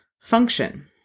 function